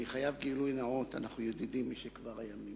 אני חייב גילוי נאות: אנחנו ידידים משכבר הימים.